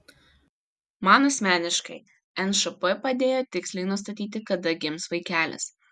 man asmeniškai nšp padėjo tiksliai nustatyti kada gims vaikelis